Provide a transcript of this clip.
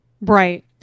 right